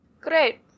Great